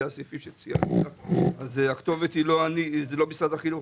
הסעיפים שציינת אז הכתובת היא לא משרד החינוך.